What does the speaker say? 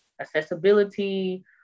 accessibility